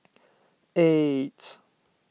eight